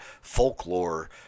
folklore